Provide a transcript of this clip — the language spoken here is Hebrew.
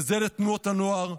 וזה לתנועות הנוער,